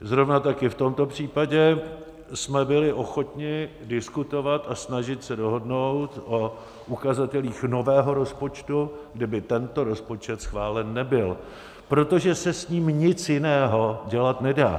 Zrovna tak i v tomto případě jsme byli ochotni diskutovat a snažit se dohodnout o ukazatelích nového rozpočtu, kdyby tento rozpočet schválen nebyl, protože se s ním nic jiného dělat nedá.